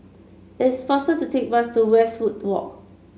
it's faster to take the bus to Westwood Walk